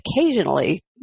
occasionally